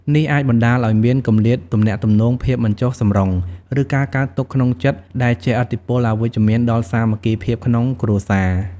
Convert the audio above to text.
នេះអាចបណ្ដាលឱ្យមាន គម្លាតទំនាក់ទំនង ភាពមិនចុះសម្រុង ឬការកើតទុក្ខក្នុងចិត្ត ដែលជះឥទ្ធិពលអវិជ្ជមានដល់សាមគ្គីភាពក្នុងគ្រួសារ។